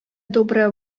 добрая